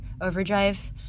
overdrive